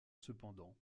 cependant